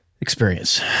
experience